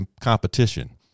competition